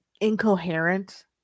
incoherent